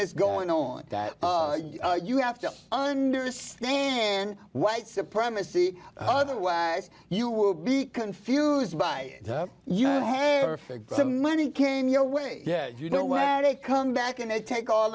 that's going on that you have to understand white supremacy otherwise you will be confused by your hands or fix the money came your way yeah you know where they come back and they take all